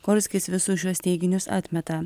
gorskis visus šiuos teiginius atmeta